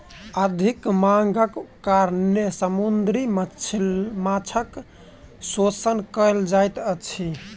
अधिक मांगक कारणेँ समुद्री माँछक शोषण कयल जाइत अछि